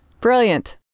Brilliant